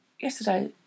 yesterday